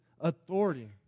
authority